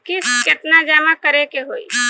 किस्त केतना जमा करे के होई?